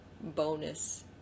bonus